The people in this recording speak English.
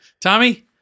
Tommy